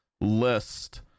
list